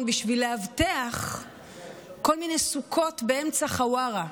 בשביל לאבטח כל מיני סוכות באמצע חווארה.